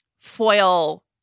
Foil